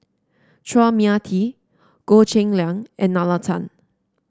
Chua Mia Tee Goh Cheng Liang and Nalla Tan